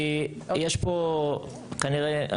כי יש פה כנראה,